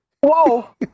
whoa